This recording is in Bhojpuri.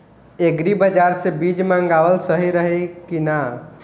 एग्री बाज़ार से बीज मंगावल सही रही की ना?